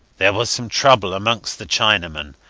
there was some trouble amongst the chinamen.